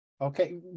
Okay